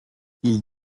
ils